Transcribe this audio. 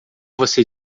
você